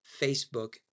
Facebook